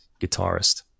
guitarist